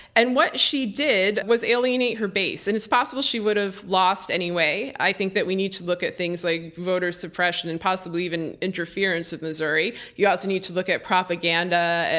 and what she did was alienate her base, and it's possible she would have lost anyway. i think that we need to look at things like voter suppression and possibly even interference with missouri. you also need to look at propaganda,